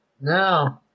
No